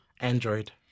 android